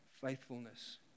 faithfulness